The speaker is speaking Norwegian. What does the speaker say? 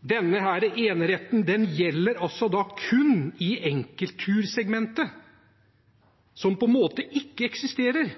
Denne eneretten gjelder kun i enkelttursegmentet, som på en